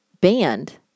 Band